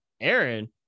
Aaron